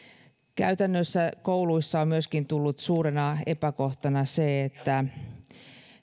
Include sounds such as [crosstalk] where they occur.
käytännössä kouluissa on myöskin ollut suurena epäkohtana se että [unintelligible] [unintelligible] [unintelligible] [unintelligible] [unintelligible]